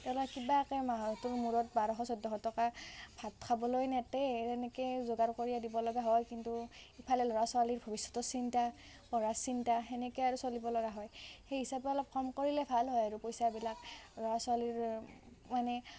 তেওঁলোকে কিবাকৈ মাহটোৰ মূৰত ভাত খাবলৈ নাটে তেনেকৈ যোগাৰ কৰি দিব লগা হয় কিন্তু ইফালে ল'ৰা ছোৱালীৰ ভৱিষ্যতৰ চিন্তা পঢ়াৰ চিন্তা সেনেকৈ আৰু চলিব লগা হয় সেই হিচাপে অলপ কম কৰিলে আৰু ভাল হয় পইচাবিলাক ল'ৰা ছোৱালীৰ মানে